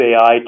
AI